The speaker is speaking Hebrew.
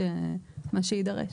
או מה שיידרש.